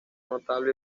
notable